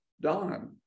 Don